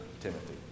Timothy